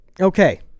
Okay